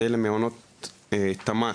זה למעונות תמ"ת,